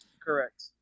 Correct